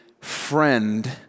friend